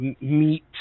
meet